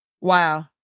Wow